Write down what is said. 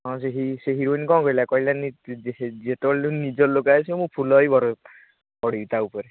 ହଁ ସେହି ସେହି ହିରୋଇନ୍ କ'ଣ କହିଲା କହିଲାନି ଯେ ଯେ ଯେତେବେଳେଠୁ ନିଜ ଲୋକ ଆସିବ ମୁଁ ଫୁଲ ହୋଇ ବର ପଡ଼ିବି ତା ଉପରେ